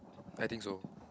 I think so